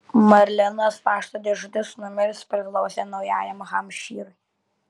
marlenos pašto dėžutės numeris priklausė naujajam hampšyrui